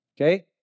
Okay